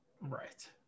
right